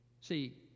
See